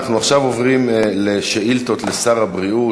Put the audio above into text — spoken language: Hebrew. אנחנו עכשיו עוברים לשאילתות לשר הבריאות.